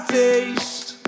taste